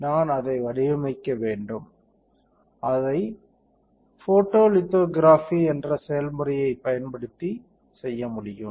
நான் அதை வடிவமைக்க வேண்டும் அதை போட்டோலிதோகிராபி என்ற செயல்முறையைப் பயன்படுத்தி செய்ய முடியும்